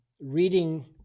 reading